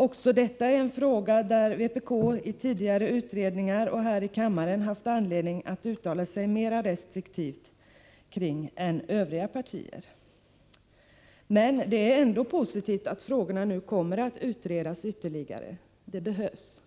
Också detta är en fråga där vpk i tidigare utredningar och här i kammaren haft anledning att uttala sig mer restriktivt än övriga partier. Det är ändå positivt att frågorna nu kommer att utredas ytterligare. Det behövs.